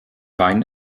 wein